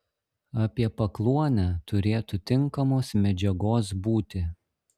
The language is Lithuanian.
apie pakluonę turėtų tinkamos medžiagos būti